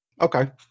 Okay